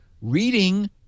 reading